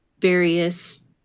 various